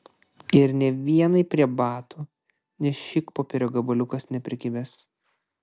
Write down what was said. ir nė vienai prie batų nė šikpopierio gabaliukas neprikibęs